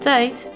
Tijd